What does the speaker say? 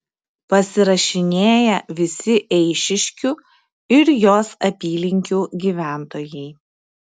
pasirašinėja visi eišiškių ir jos apylinkių gyventojai